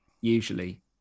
usually